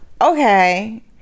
okay